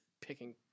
picking